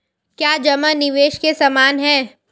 क्या जमा निवेश के समान है?